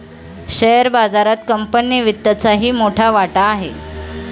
share बाजारात company वित्तचाही मोठा वाटा आहे